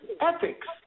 Ethics